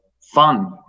fun